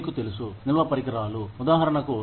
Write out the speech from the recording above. మీకు తెలుసు నిల్వ పరికరాలు ఉదాహరణకు